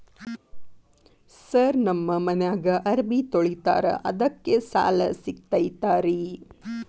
Sir ನಮ್ಮ ಮನ್ಯಾಗ ಅರಬಿ ತೊಳಿತಾರ ಅದಕ್ಕೆ ಸಾಲ ಸಿಗತೈತ ರಿ?